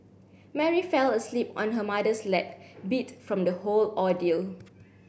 Mary fell asleep on her mother's lap beat from the whole ordeal